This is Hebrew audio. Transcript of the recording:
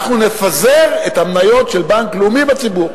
אנחנו נפזר את המניות של בנק לאומי בציבור.